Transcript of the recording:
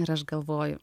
ir aš galvoju